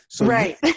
Right